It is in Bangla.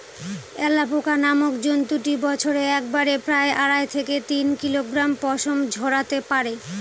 অ্যালাপোকা নামক জন্তুটি বছরে একবারে প্রায় আড়াই থেকে তিন কিলোগ্রাম পশম ঝোরাতে পারে